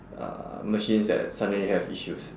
uh machines that suddenly have issues